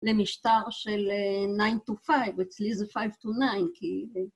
למשטר של 9 to 5, אצלי זה 5 to 9